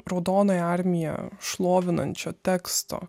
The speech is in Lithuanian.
raudonąją armiją šlovinančio teksto